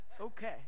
Okay